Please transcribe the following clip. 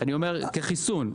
כחיסון.